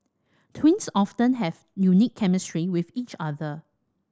twins often have unique chemistry with each other